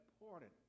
Important